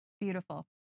Beautiful